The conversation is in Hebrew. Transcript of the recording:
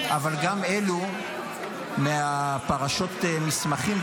אבל גם אלו מפרשות המסמכים,